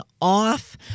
off